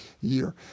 year